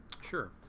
Sure